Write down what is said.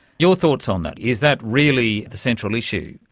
your thoughts on that? is that really the central issue?